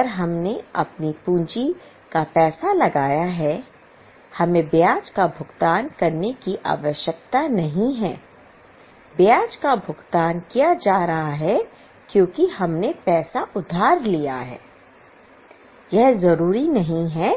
अगर हमने अपनी पूंजी का पैसा लगाया है हमें ब्याज का भुगतान करने की आवश्यकता नहीं है ब्याज का भुगतान किया जा रहा है क्योंकि हमने पैसा उधार लिया है यह जरूरी नहीं है